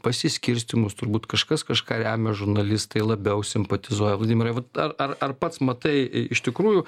pasiskirstymus turbūt kažkas kažką remia žurnalistai labiau simpatizuoja vladimirai ar ar ar pats matai iš tikrųjų